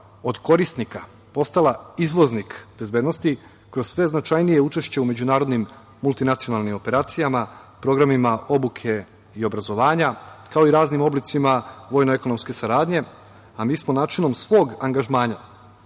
od korisnika postala izvoznik bezbednosti kroz sve značajnije učešće u međunarodnim multinacionalnim operacijama, programima obuke i obrazovanja, kao i raznim oblicima vojno-ekonomske saradnje, a mi smo načinom svog angažmana